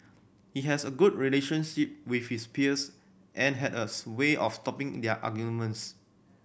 he has a good relationship with his peers and had a sway of stopping their arguments